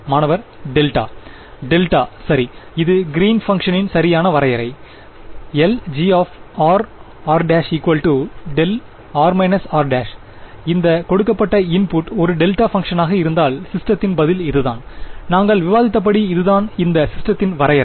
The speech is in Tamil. மாணவர் டெல்டா டெல்டா சரி இது கிறீன் பங்க்ஷனின் சரியான வரையறை Lgr r′ δr − r′ இந்த கொடுக்கப்பட்ட இன்புட் ஒரு டெல்டா பங்க்ஷனாக இருந்தால் சிஸ்டத்தின் பதில் இதுதான் நாங்கள் விவாதித்தபடி இதுதான் இந்த சிஸ்டத்தின் வரையறை